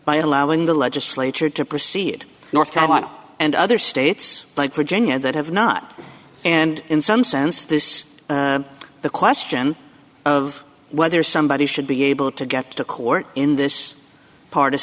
by allowing the legislature to proceed north carolina and other states like virginia that have not and in some sense this the question of whether somebody should be able to get to court in this part